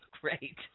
great